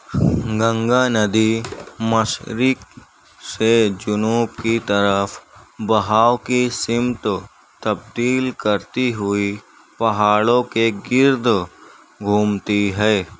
گنگا ندی مشرق سے جنوب کی طرف بہاؤ کی سمت تبدیل کرتی ہوئی پہاڑوں کے گرد گھومتی ہے